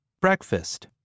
breakfast